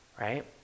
right